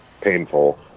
painful